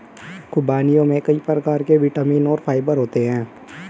ख़ुबानियों में कई प्रकार के विटामिन और फाइबर होते हैं